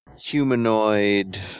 humanoid